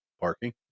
parking